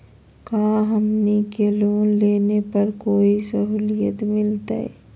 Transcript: का हमनी के लोन लेने पर कोई साहुलियत मिलतइ?